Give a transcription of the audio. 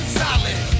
solid